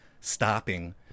stopping